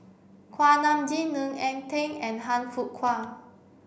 Kuak Nam Jin Ng Eng Teng and Han Fook Kwang